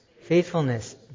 faithfulness